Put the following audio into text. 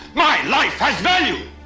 my life has value!